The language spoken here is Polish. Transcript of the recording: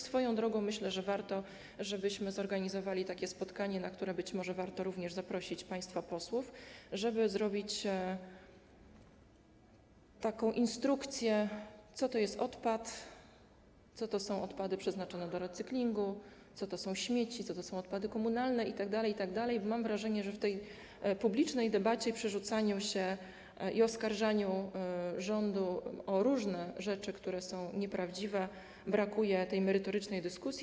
Swoją drogą myślę, że warto, żebyśmy zorganizowali takie spotkanie, na które być może warto również zaprosić państwa posłów, żeby przygotować taką instrukcję, co to jest odpad, co to są odpady przeznaczone do recyklingu, co to są śmieci, co to są odpady komunalne itd., itd., bo mam wrażenie, że w tej publicznej debacie, przerzucaniu się i oskarżaniu rządu o różne rzeczy, które są nieprawdziwe, brakuje tej merytorycznej dyskusji.